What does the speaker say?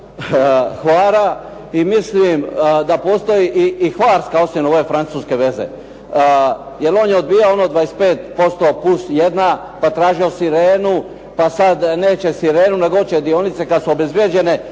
Hvara i mislim da postoji i hvarska osim ove francuske veze. Jel' on je odbijao ono 25% plus jedna, pa tražio "Sirenu", pa sada ne će "Sirenu" nego hoće dionice kada su obezbjeđene.